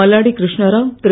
Malladi Krishnarao Thiru